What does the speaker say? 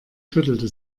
schüttelte